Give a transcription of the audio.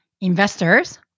investors